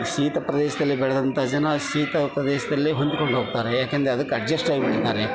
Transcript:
ಶೀತ ಪ್ರದೇಶದಲ್ಲಿ ಬೆಳೆದಂಥ ಜನ ಶೀತ ಪ್ರದೇಶದಲ್ಲೇ ಹೊಂದಿಕೊಂಡು ಹೋಗ್ತಾರೆ ಏಕಂದರೆ ಅದಕ್ಕೆ ಅಜ್ಜಷ್ಟ್ ಆಗಿ ಬಿಟ್ಟಿರ್ತಾರೆ